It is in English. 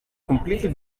completely